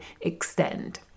extend